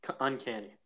uncanny